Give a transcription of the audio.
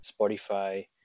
Spotify